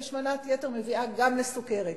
כי השמנת יתר מביאה גם לסוכרת.